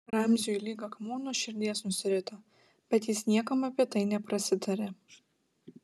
ramziui lyg akmuo nuo širdies nusirito bet jis niekam apie tai neprasitarė